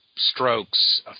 strokes